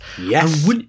Yes